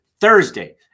Thursday